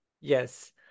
Yes